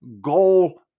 goal